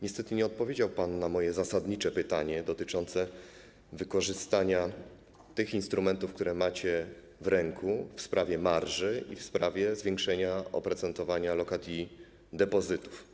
Niestety nie odpowiedział pan na moje zasadnicze pytanie dotyczące wykorzystania tych instrumentów, które macie w ręku w sprawie marży i w sprawie zwiększenia oprocentowania lokat i depozytów.